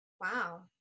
Wow